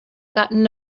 gotten